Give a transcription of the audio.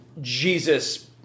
Jesus